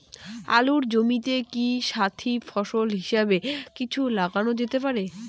আলুর জমিতে কি সাথি ফসল হিসাবে কিছু লাগানো যেতে পারে?